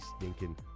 stinking